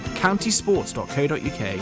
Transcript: Countysports.co.uk